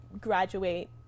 graduate